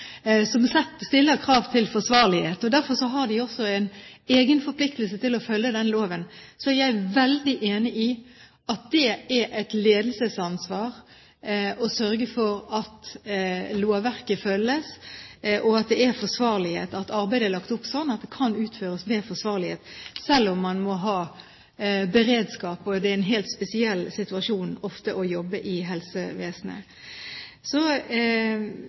forpliktelse til å følge den loven. Jeg er veldig enig i at det er et ledelsesansvar å sørge for at lovverket følges, og at det er forsvarlighet – at arbeidet er lagt opp sånn at det kan utføres med forsvarlighet selv om man må ha beredskap og det ofte er en helt spesiell situasjon å jobbe i helsevesenet. Så